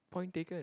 point taken